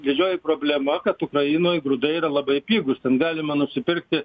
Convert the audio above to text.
didžioji problema kad ukrainoj grūdai yra labai pigūs ten galima nusipirkti